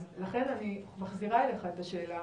לכן אני מחזירה אליך את השאלה